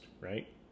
right